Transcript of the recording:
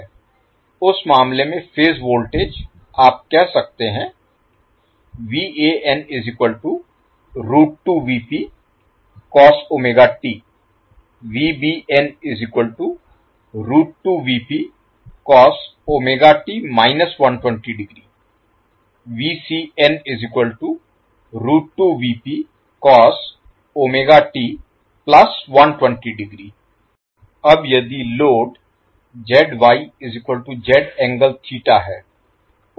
उस मामले में फेज वोल्टेज आप कह सकते हैं अब यदि लोड है